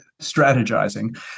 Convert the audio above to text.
strategizing